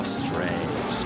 strange